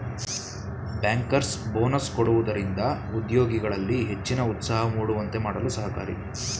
bankers bonus ಕೊಡುವುದರಿಂದ ಉದ್ಯೋಗಿಗಳಲ್ಲಿ ಹೆಚ್ಚಿನ ಉತ್ಸಾಹ ಮೂಡುವಂತೆ ಮಾಡಲು ಸಹಕಾರಿ